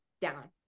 down